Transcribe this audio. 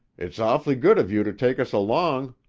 it's awfully good of you to take us along.